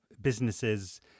businesses